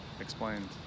explained